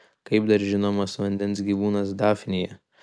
kaip dar žinomas vandens gyvūnas dafnija